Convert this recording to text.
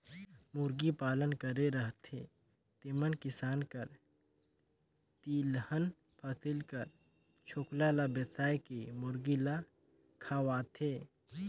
मुरगी पालन करे रहथें तेमन किसान कर तिलहन फसिल कर छोकला ल बेसाए के मुरगी ल खवाथें